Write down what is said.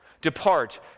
depart